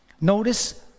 notice